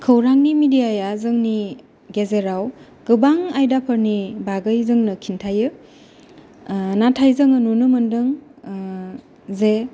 खौरां नि मिदियाया जोंनि गेजेराव गोबां आयदाफोरनि बागै जोंनो खिनथायो नाथाय जों नुनो मोन्दों जे